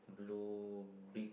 blue big